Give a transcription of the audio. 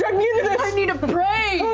need to pray!